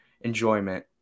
enjoyment